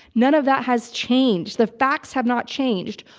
none of that has changed. the facts have not changed.